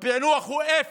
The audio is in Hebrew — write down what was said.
הפיענוח הוא אפס.